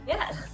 Yes